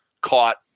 caught